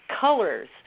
colors